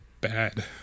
bad